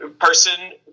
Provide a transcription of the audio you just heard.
person